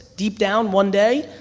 deep down one day,